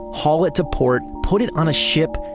haul it to port, put it on a ship,